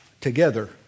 together